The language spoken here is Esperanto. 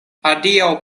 adiaŭ